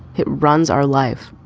it runs our life.